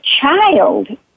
child